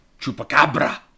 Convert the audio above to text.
chupacabra